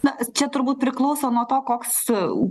na čia turbūt priklauso nuo to koks u